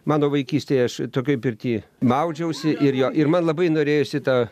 mano vaikystėje aš tokioj pirty maudžiausi ir jo ir man labai norėjosi tą